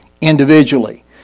individually